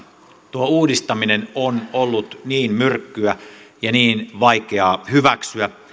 tuo uudistaminen on ollut niin myrkkyä ja niin vaikeaa hyväksyä